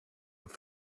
have